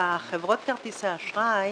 חברות כרטיסי האשראי